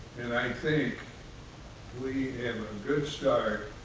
and i think we have a good start.